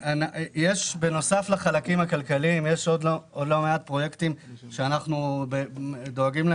בנוסף לחלקים הכלכליים יש עוד לא מעט פרויקטים שהרשות מובילה.